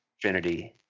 Trinity